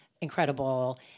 incredible